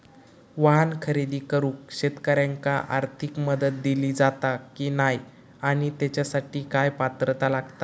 वाहन खरेदी करूक शेतकऱ्यांका आर्थिक मदत दिली जाता की नाय आणि त्यासाठी काय पात्रता लागता?